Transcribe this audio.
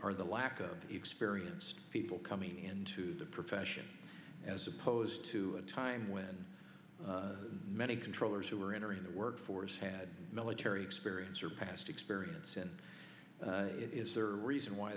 number of the lack of experienced people coming into the profession as opposed to a time when many controllers who were entering the workforce had military experience or past experience in it is there reason why